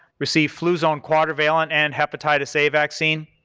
received fluzone quadrivalent and hepatitis a vaccine.